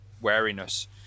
wariness